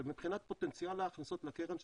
מבחינת פוטנציאל ההכנסות של הקרן,